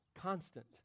constant